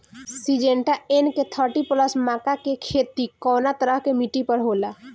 Syngenta NK thirty plus मक्का के के खेती कवना तरह के मिट्टी पर होला?